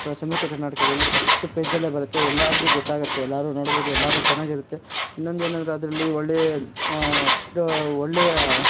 ಸಂಯುಕ್ತ ಕರ್ನಾಟಕದಲ್ಲಿ ಫಸ್ಟ್ ಪೇಜಲ್ಲೇ ಬರುತ್ತೆ ಎಲ್ಲಾರಿಗೂ ಗೊತ್ತಾಗುತ್ತೆ ಎಲ್ಲರು ನೋಡ್ಬೋದು ಎಲ್ಲರು ಚೆನ್ನಾಗಿರುತ್ತೆ ಇನ್ನೊಂದು ಏನಂದರೆ ಅದರಲ್ಲಿ ಒಳ್ಳೆ ಒಳ್ಳೆಯ